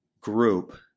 group